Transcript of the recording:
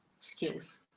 skills